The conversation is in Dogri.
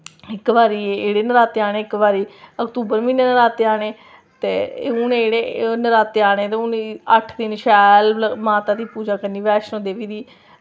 इक्क बारी एह्कड़े नराते आने दूई बारी अक्तूबर म्हीने नवरात्रे आने ते हून जेह्ड़े एह् नराते आने अट्ठ दिन शैल पूजा करनी माता वैष्णो देवी दी